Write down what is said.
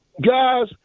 guys